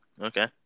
Okay